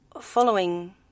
following